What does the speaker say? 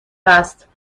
است